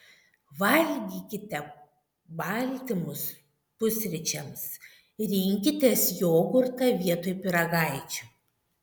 valgykite baltymus pusryčiams rinkitės jogurtą vietoj pyragaičių